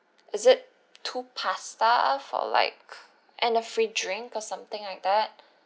is it two pasta for a like and a free drink or something like that